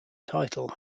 title